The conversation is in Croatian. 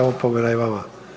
Opomena i vama.